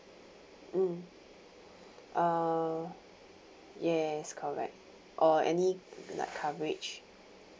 mm uh yes correct or any uh like coverage